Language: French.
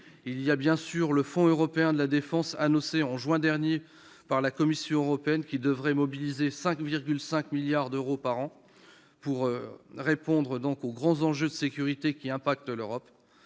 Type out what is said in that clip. une réalité ». Le fonds européen de la défense annoncé en juin dernier par la Commission européenne devrait mobiliser 5,5 milliards d'euros par an pour faire face aux grands enjeux de sécurité en Europe.